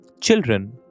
Children